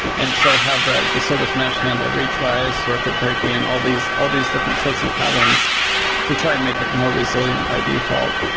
and so have the the service mesh handle retries, circuit breaking, all these all these different sorts of patterns to try and make it more resilient by default.